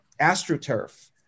astroturf